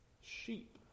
sheep